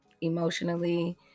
emotionally